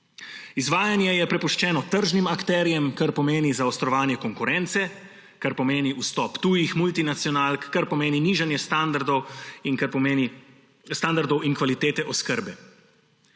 Izvajanje je prepuščeno tržnim akterjem, kar pomeni zaostrovanje konkurence, kar pomeni vstop tujih multinacionalk, kar pomeni nižanje standardov in kvalitete oskrbe.